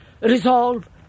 resolve